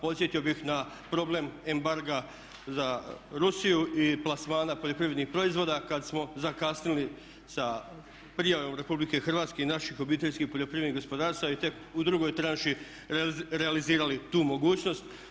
Podsjetio bih na problem embarga za Rusiju i plasmana poljoprivrednih proizvoda kad smo zakasnili sa prijavom RH i naših obiteljskih poljoprivrednih gospodarstava i tek u drugoj tranši realizirali tu mogućnost.